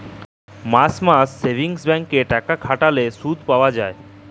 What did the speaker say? মাস মাস savings bank এ টাকা খাটাল্যে শুধ পাই যায়